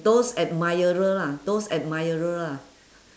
those admirer lah those admirer lah